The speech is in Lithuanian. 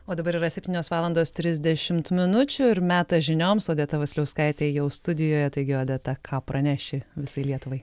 o dabar yra septynios valandos trisdešimt minučių ir metas žinioms odeta vasiliauskaitė jau studijoje taigi odeta ką praneši visai lietuvai